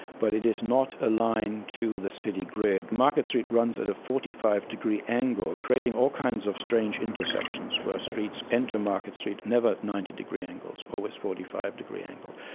but it is not aligned to the city grid. market street runs at a forty five degree angle, creating all kinds of strange intersections where streets enter market street, never ninety degree angles, always forty five degree angle.